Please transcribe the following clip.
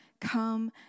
come